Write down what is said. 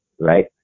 right